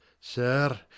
sir